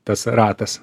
tas ratas